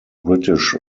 british